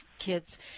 kids